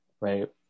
right